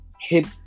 hit